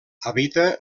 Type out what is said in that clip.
habita